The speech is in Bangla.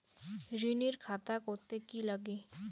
ঋণের খাতা করতে কি লাগে?